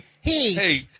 hey